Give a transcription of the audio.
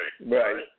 Right